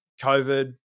COVID